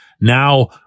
now